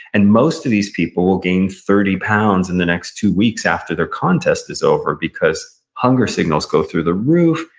and most of these people will gain thirty pounds in the next two weeks after their contest is over, because hunger signals go through the roof,